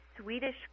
swedish